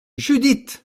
judith